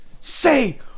Say